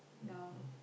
now